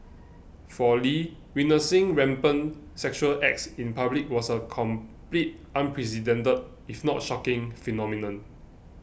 for Lee witnessing rampant sexual acts in public was a completely unprecedented if not shocking phenomenon